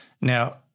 Now